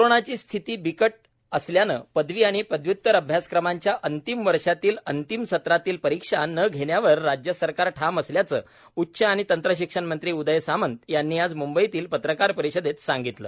कोरोनाची स्थिती बिकटच असल्यानं पदवी आणि पदव्य्तर अभ्यासक्रमांच्या अंतिम वर्षातील अंतिम सत्रातील परीक्षा न घेण्यावर राज्य सरकार ठाम असल्याचं उच्च आणि तंत्रशिक्षण मंत्री उदय सामंत यांनी आज मंंबईतील पत्रकार परिषदेत सांगितलं